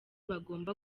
bagomba